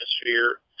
atmosphere